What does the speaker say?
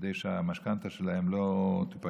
כדי שהמשכנתה שלהם לא תיפגע,